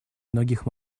многих